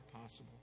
possible